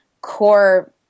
core